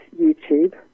YouTube